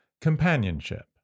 companionship